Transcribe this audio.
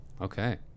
Okay